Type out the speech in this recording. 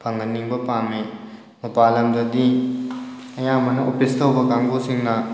ꯐꯪꯍꯟꯅꯤꯡꯕ ꯄꯥꯝꯃꯤ ꯃꯄꯥꯟ ꯂꯝꯗꯗꯤ ꯑꯌꯥꯝꯕꯅ ꯑꯣꯐꯤꯁ ꯇꯧꯕ ꯀꯥꯡꯕꯨꯁꯤꯡꯅ